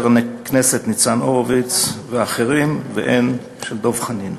הכנסת ניצן הורוביץ ואחרים והן של דב חנין.